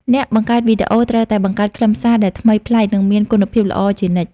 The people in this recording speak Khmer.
អ្នកបង្កើតវីដេអូត្រូវតែបង្កើតខ្លឹមសារដែលថ្មីប្លែកនិងមានគុណភាពល្អជានិច្ច។